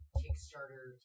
kickstarter